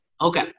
Okay